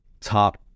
top